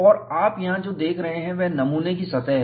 और आप यहां जो देख रहे हैं वह नमूने की सतह है